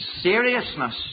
seriousness